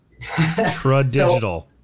Tradigital